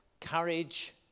courage